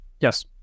Yes